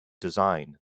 design